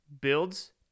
builds